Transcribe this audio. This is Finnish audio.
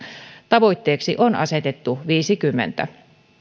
tavoitteeksi on asetettu viidennenkymmenennen